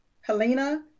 Helena